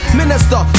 minister